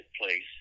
place